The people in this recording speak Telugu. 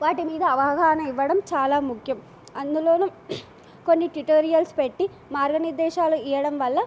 వాటి మీద అవగాహన ఇవ్వడం చాలా ముఖ్యం అందులోను కొన్ని ట్యూటోరియల్స్ పెట్టి మార్గ నిర్దేశాలు ఇవ్వడం వల్ల